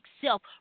self